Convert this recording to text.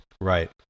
Right